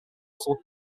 son